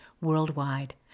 worldwide